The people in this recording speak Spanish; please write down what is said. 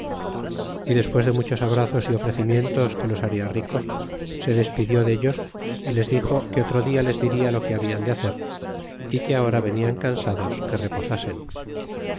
é despues de muchos abrazos y ofrecimientos que los haria ricos se despidió dellos y les dixo que otro dia les diria lo que hablan de hacer é que ahora venian cansados que reposasen